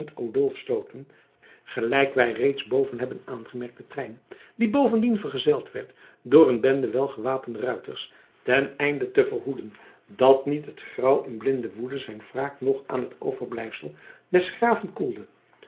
sloten gelijk wij reeds boven hebben aangemerkt den trein die bovendien vergezeld werd door een bende welgewapende ruiters ten einde te verhoeden dat niet het grauw in blinde woede zijn wraak nog aan het overblijfsel des graven koelde